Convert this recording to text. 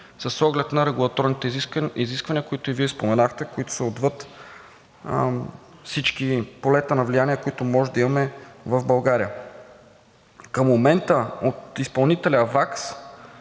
с оглед на регулаторните изисквания, които и Вие споменахте, които са отвъд всички полета на влияние, които може да имаме в България. Към момента от изпълнителя